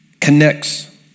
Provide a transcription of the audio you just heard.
connects